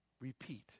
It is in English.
repeat